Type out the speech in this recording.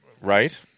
right